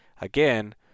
again